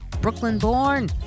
Brooklyn-born